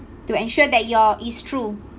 to ensure that your it's true